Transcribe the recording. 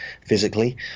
physically